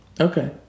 Okay